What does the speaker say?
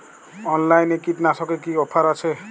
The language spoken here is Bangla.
অনলাইনে কীটনাশকে কি অফার আছে?